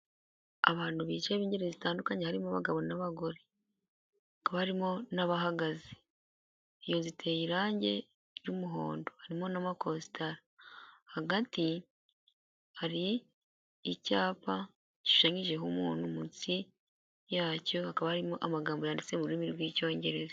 Abantu bicaye b'ingeri zitandukanye harimo abagabo n'abagore harimo n'abahagaze. Iyo nzu ziteye irangi ry'umuhondo harimo n'amakosta hagati hari icyapa gishushanyijeho umuntu, munsi yacyo akaba arimo amagambo yanditse mu rurimi rw'icyongereza.